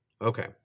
Okay